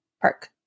Park